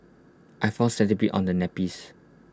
I found centipedes on the nappies